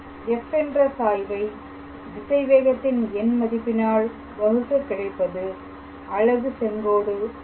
f என்ற சாய்வை திசைவேகத்தின் எண் மதிப்பினால் வகுக்க கிடைப்பது அலகு செங்கோடு ஆகும்